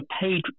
paid